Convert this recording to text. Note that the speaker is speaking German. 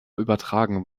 übertragen